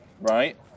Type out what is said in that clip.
Right